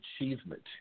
achievement